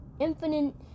infinite